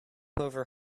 over